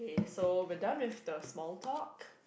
so we're done with the small talk